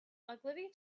ogilvy